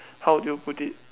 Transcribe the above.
how do you put it